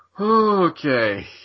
okay